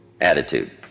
Attitude